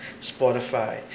Spotify